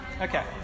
Okay